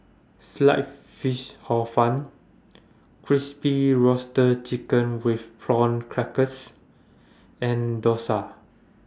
Sliced Fish Hor Fun Crispy Roasted Chicken with Prawn Crackers and Dosa